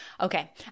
Okay